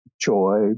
joy